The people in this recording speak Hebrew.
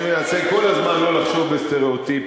אני מנסה כל הזמן לא לחשוב בסטריאוטיפים,